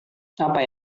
apa